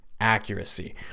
accuracy